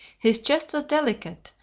his chest was delicate,